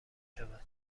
شود